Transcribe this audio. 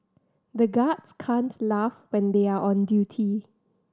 the guards can't laugh when they are on duty